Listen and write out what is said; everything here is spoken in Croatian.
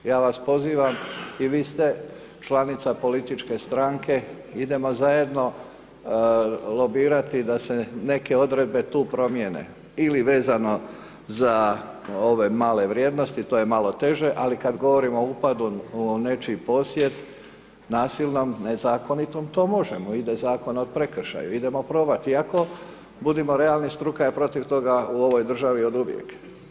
Ja vas pozivam, i vi ste članica političke stranke, idemo zajedno lobirati da se neke odredbe tu promijene ili vezano za ove male vrijednosti, to je malo teže, ali kada govorimo o upadu u nečiji posjed, nasilnom, ne zakonitom, to možemo i da je Zakon o prekršaju, idemo probati, iako, budimo realni, struka je protiv toga u ovoj državi oduvijek.